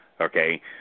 okay